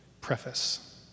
preface